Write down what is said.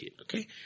Okay